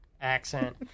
accent